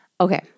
Okay